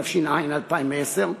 התש"ע 2010,